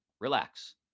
relax